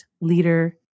leader